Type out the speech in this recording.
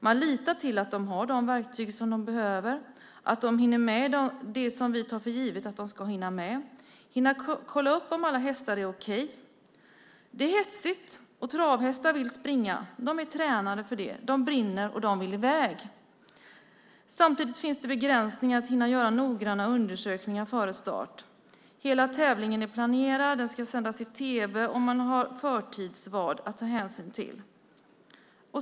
Man litar till att de har de verktyg som de behöver och att de hinner med det som vi tar för givet att de ska hinna med, hinna kolla upp om alla hästar är okej. Det är hetsigt, och travhästar vill springa. De är tränade för det, de brinner och de vill i väg. Samtidigt finns det begränsningar för att hinna göra noggranna undersökningar före start. Hela tävlingen är planerad, den ska sändas i tv, och man har förtidsvad att ha hänsyn till.